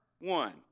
one